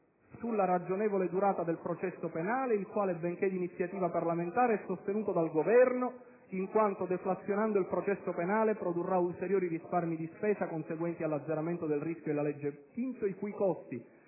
sulla ragionevole durata del processo penale, il quale, benché di iniziativa parlamentare, è sostenuto dal Governo in quanto, deflazionando il processo penale, produrrà ulteriori risparmi di spesa conseguenti all'azzeramento del rischio della legge Pinto, i cui costi